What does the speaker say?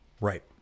Right